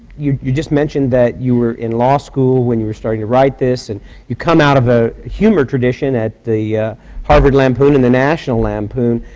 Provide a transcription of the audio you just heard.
you you just mentioned that you were in law school when you were starting to write this. and you come out of a humor tradition at the harvard lampoon and the national lampoon.